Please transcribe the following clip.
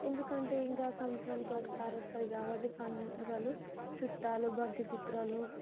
ఎందుకంటే ఇంక సంత్సరానికి ఒకసారి వస్తుంది కాబట్టి పండుగలు చుట్టాలు బంధు మిత్రులు